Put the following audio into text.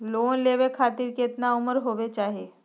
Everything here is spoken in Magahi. लोन लेवे खातिर केतना उम्र होवे चाही?